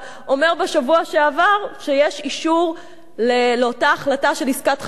אומר בשבוע שעבר שיש אישור לאותה החלטה של עסקת חבילה